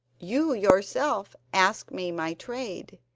you yourself asked me my trade.